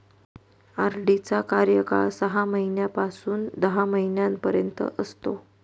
RD चा कार्यकाळ सहा महिन्यापासून दहा महिन्यांपर्यंत असतो